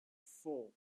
four